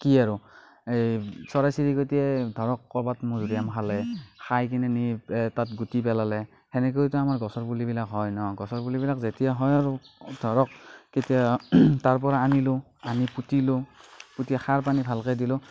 কি আৰু এই চৰাই চিৰিকতিয়ে ধৰক ক'ৰবাত মধুৰিআম খালে খাইকেনি নি তাত গুটি পেলালে সেনেকৈতো আমাৰ গছৰ পুলিবিলাক হয় ন গছৰ পুলিবিলাক যেতিয়া হয় আৰু ধৰক তেতিয়া তাৰপৰা আনিলো আনি পুতিলো পুতি সাৰ পানী ভালকৈ দিলোঁ